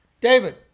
David